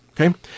Okay